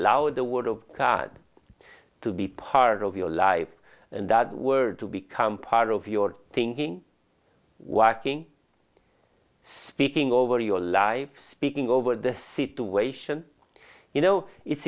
allow the word of god to be part of your life and that word to become part of your thinking watching speaking over your life speaking over the situation you know i